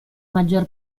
maggior